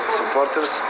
supporters